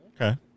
Okay